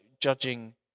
judging